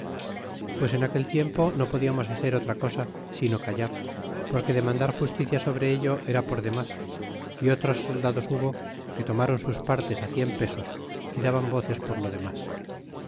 pues en aquel tiempo no podiatnos hacer otra cosa sino callar porque demandar justicia sobre ello era por demas é otros soldados hubo que tomron sus partes cien pesos y daban voces por lo demas